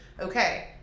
okay